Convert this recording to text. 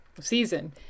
season